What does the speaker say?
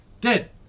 Dead